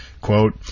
Quote